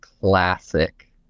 classic